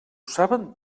saben